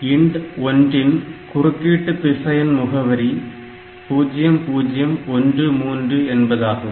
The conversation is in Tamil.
INT1 இன் குறுக்கீட்டு திசையன் முகவரி 0013 என்பதாகும்